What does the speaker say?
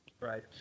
Right